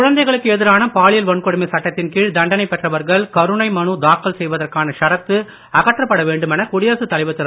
குழந்தைகளுக்கு எதிரான பாலியல் வன்கொடுமை சட்டத்தின் கீழ் தண்டனை பெற்றவர்கள் கருணை மனு தாக்கல் செய்வதற்கான ஷரத்து அகற்றப்பட வேண்டுமென்று குடியரசுத் தலைவர் திரு